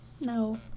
No